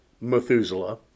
Methuselah